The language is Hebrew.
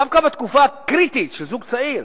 דווקא בתקופה הקריטית של זוג צעיר,